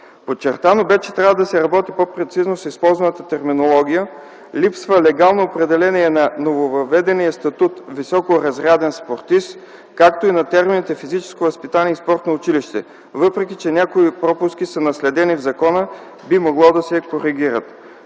Подчертано бе, че трябва да се работи по-прецизно с използваната терминология. Липсва легално определение на нововъведения статут „високоразряден спортист”, както и на термините „физическо възпитание” и „спортно училище”. Въпреки, че някои пропуски са наследени в закона, би могло те да се коригират.